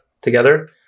together